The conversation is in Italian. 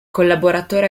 collaboratore